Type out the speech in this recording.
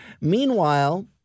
Meanwhile